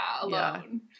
alone